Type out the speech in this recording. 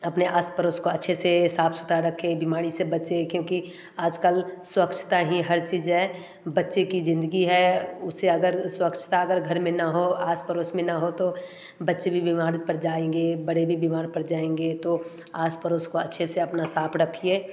अपने आस पड़ोस को अच्छे से साफ सुथरा रखें बीमारी से बचे क्योंकि आजकल स्वच्छ ही हर चीज है बच्चे की जिंदगी हैं उसे अगर स्वच्छता अगर घर में ना हो आस पड़ोस में ना हो तो बच्चें भी बीमार पर जाएँगे बड़े भी बीमार पर जाएँगे तो आस पड़ोस को अच्छे से अपना साफ रखिए